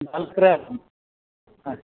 ಮಾಲೀಕ್ರೇ ಹಾಂ